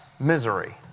misery